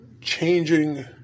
changing